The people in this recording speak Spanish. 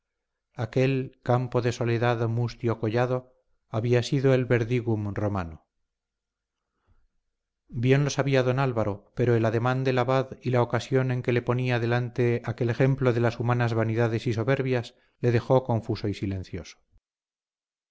aquel campo de soledad mustio collado había sido el berdigum romano bien lo sabía don álvaro pero el ademán del abad y la ocasión en que le ponía delante aquel ejemplo de las humanas vanidades y soberbias le dejó confuso y silencioso